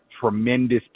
tremendous